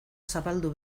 zabaldu